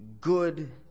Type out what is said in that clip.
good